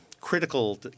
critical